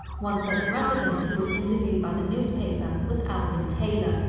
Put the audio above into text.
one such resident who was interviewed by the newspaper was alvin taylor,